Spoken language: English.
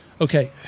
Okay